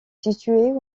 située